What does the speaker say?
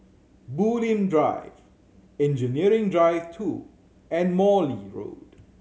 Bulim Drive Engineering Drive Two and Morley Road